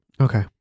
Okay